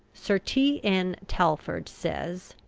sir t n. talfourd says